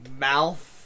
mouth